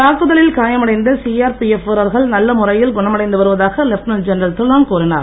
தாக்குதலில் காயமடைந்து சிஆர்பிஎப் வீரர்கள் நல்ல முறையில் குணமடைந்து வருவதாக லெப்டினன்ட் ஜென்ரல் தில்லான் கூறினார்